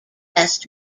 best